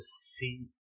see